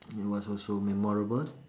it was also memorable